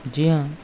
جی ہاں